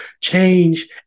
change